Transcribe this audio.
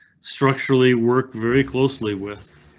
structurally work very closely with.